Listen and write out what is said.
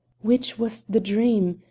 which was the dream?